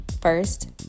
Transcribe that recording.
First